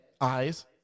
eyes